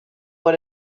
what